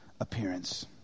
appearance